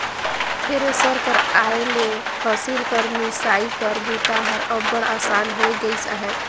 thresher कर आए ले फसिल कर मिसई कर बूता हर अब्बड़ असान होए गइस अहे